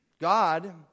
God